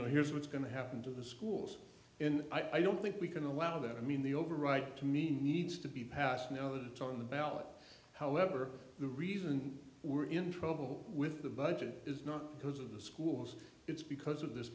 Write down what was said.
know here's what's going to happen to the schools in i don't think we can allow that i mean the over right to me needs to be passed now that on the ballot however the reason we're in trouble with the budget is not because of the schools it's because of this